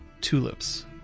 tulips